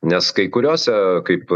nes kai kuriose kaip